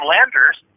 Landers